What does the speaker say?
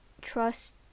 trust